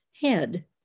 head